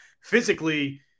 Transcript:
physically